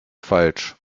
falsch